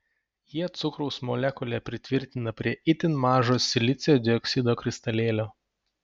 jie cukraus molekulę pritvirtina prie itin mažo silicio dioksido kristalėlio